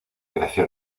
creció